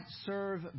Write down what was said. serve